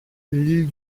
l’île